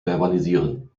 verbalisieren